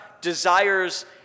desires